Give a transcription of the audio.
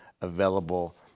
available